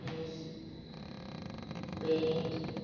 fridge bed